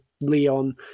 Leon